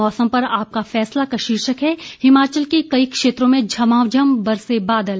मौसम पर आपका फैसला का शीर्षक है हिमाचल के कई क्षेत्रों में झमाझम बरसे बादल